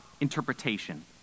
interpretation